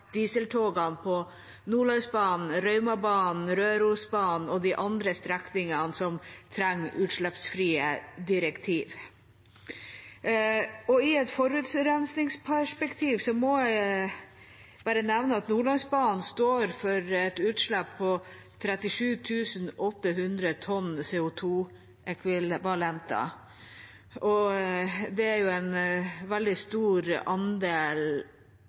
dieseltogene på Nordlandsbanen, Raumabanen, Rørosbanen og de andre strekningene som trenger utslippsfrie direktiv. I et forurensningsperspektiv må jeg bare nevne at Nordlandsbanen står for et utslipp på 37 800 tonn CO 2 -ekvivalenter, og det er jo en veldig stor andel